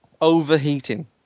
overheating